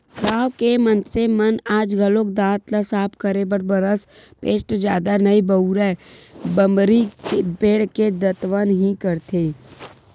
गाँव के मनसे मन आज घलोक दांत ल साफ करे बर बरस पेस्ट जादा नइ बउरय बमरी पेड़ के दतवन ही करथे